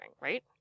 right